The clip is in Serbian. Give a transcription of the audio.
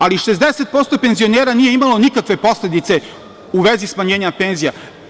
Ali, 60% penzionera nije imalo nikakve posledice u vezi smanjenja penzija.